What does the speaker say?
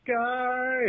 sky